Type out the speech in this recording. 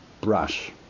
brush